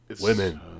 Women